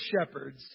shepherds